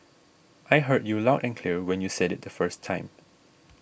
I heard you loud and clear when you said it the first time